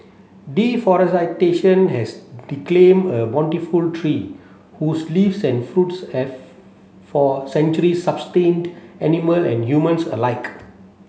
has a bountiful tree whose leaves and fruit have for centuries sustained animal and humans alike